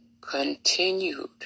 continued